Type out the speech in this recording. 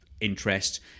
interest